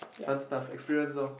fun stuff experience lor